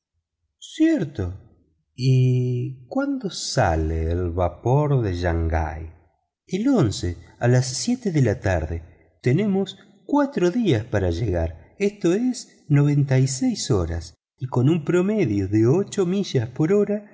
y cuándo sale el vapor de shangai el a las siete de la tarde tenemos cuatro días para llegar esto es noventa y seis horas y con un promedio de ocho millas por hora